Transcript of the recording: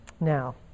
now